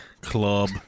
Club